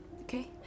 okay